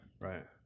Right